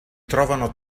trovano